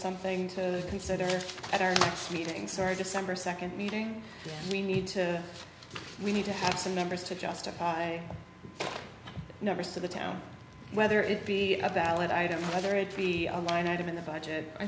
something to consider at our next meeting sorry december second meeting we need to we need to have some members to justify never say the town whether it be a valid i'd rather it be a line item in the budget i